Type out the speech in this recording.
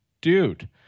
dude